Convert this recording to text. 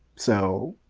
so!